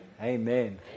Amen